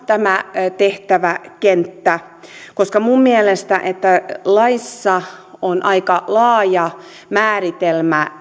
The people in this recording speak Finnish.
tämä tehtäväkenttä pysyy laajana koska minun mielestäni se että laissa on aika laaja määritelmä